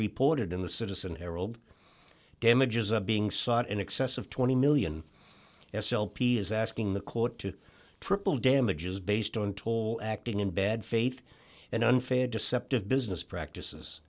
reported in the citizen herald damages are being sought in excess of twenty million s l p is asking the court to triple damages based on toll acting in bad faith and unfair deceptive business practices